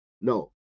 No